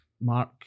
Mark